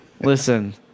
listen